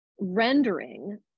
rendering